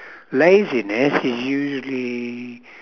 laziness is usually